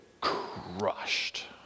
crushed